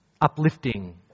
uplifting